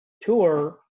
tour